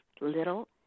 little